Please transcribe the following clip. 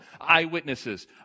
eyewitnesses